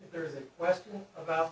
there is a question about